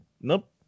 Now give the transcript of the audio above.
Nope